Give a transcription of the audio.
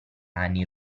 anni